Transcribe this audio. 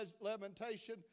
Lamentation